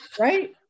Right